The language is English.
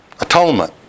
atonement